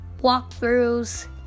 walkthroughs